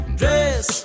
dress